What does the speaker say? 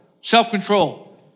Self-control